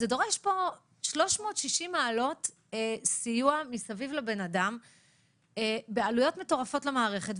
זה דורש פה 360 מעלות סיוע מסביב לאדם בעלויות מטורפות למערכת.